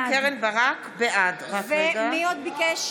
בעד מי עוד ביקש?